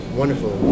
wonderful